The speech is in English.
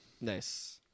Nice